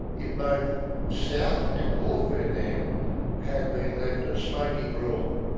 if both south and north vietnam had been left a smoking ruin,